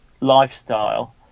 lifestyle